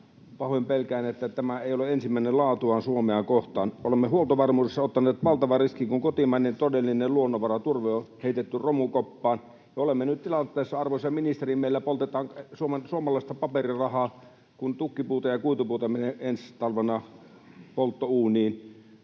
pahoin pelkään, että tämä ei ole viimeinen laatuaan Suomea kohtaan. Olemme huoltovarmuudessa ottaneet valtavan riskin, kun kotimainen todellinen luonnonvara turve on heitetty romukoppaan, ja olemme nyt tilanteessa, arvoisa ministeri, jossa meillä poltetaan suomalaista paperirahaa, kun tukkipuuta ja kuitupuuta menee ensi talvena polttouuniin